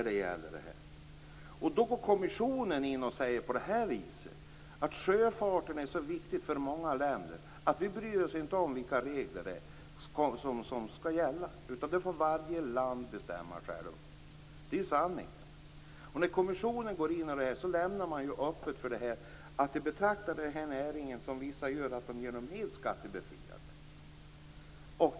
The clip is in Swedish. Då säger kommissionen att sjöfarten är så viktig för många länder att vi inte bryr oss om vilka regler som skall gälla, utan det får varje land självt bestämma. Det är sanning. När kommissionen går in på detta sätt lämnar man öppet för att betrakta den här näringen som vissa gör, de gör den helt skattebefriad.